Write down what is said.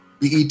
BET